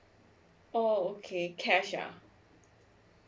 oh okay cash ah